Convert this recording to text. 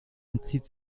entzieht